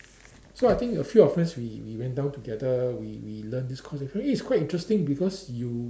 so I think a few of friends we we went down together we we learn this course for me it's quite interesting because you